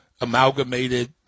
amalgamated